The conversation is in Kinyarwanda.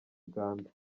uganda